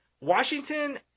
Washington